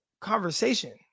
conversation